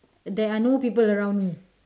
there are no people around me